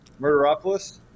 Murderopolis